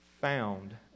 found